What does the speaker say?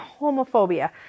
homophobia